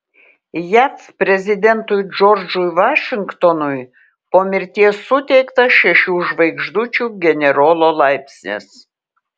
jav prezidentui džordžui vašingtonui po mirties suteiktas šešių žvaigždučių generolo laipsnis